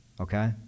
okay